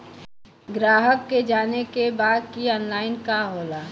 ग्राहक के जाने के बा की ऑनलाइन का होला?